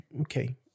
okay